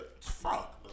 Fuck